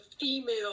female